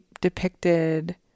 depicted